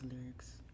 lyrics